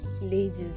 ladies